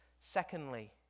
Secondly